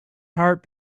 heart